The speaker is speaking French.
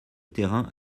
terrain